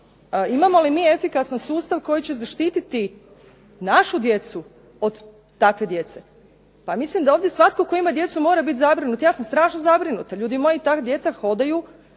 Imamo li mi efikasan sustav koji će zaštititi našu djecu od takve djece. Pa mislim da ovdje svatko tko ima djecu mora bit zabrinut, ja sam strašno zabrinuta. Ljudi moji, ta djeca hodaju